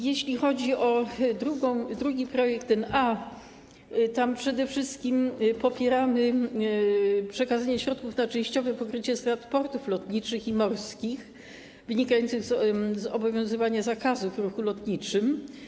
Jeśli chodzi o drugi projekt, ten z literą A, tam przede wszystkim popieramy przekazanie środków na częściowe pokrycie strat portów lotniczych i morskich wynikających z obowiązywania zakazu w ruchu lotniczym.